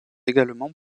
également